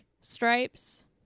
stripes